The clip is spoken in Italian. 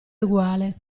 eguale